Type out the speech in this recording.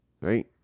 right